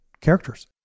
characters